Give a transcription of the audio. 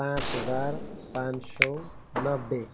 पाँच हजार पाँच सौ नब्बे